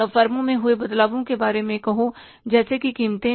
तब फर्मों में हुए बदलावों के बारे में कहो जैसेकि कीमतें